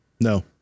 No